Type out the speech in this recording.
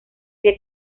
que